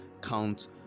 count